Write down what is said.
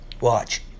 Watch